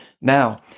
Now